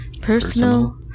Personal